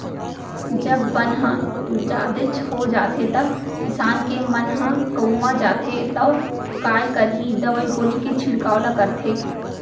जब बन ह जादेच हो जाथे त किसान के मन ह कउवा जाथे तौ काय करही दवई गोली के छिड़काव ल करथे